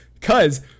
cause